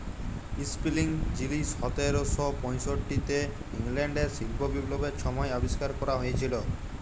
spinning যিলি সতের শ পয়ষট্টিতে ইংল্যাল্ডে শিল্প বিপ্লবের ছময় আবিষ্কার ক্যরা হঁইয়েছিল